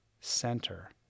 center